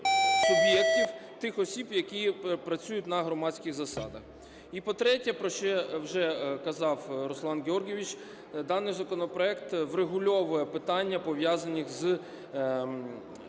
суб'єктів тих осіб, які працюють на громадських засадах. І по-третє, про що вже казав Руслан Георгійович, даний законопроект врегульовує питання, пов'язані з